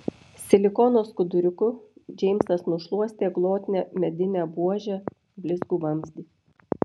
silikono skuduriuku džeimsas nušluostė glotnią medinę buožę blizgų vamzdį